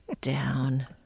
down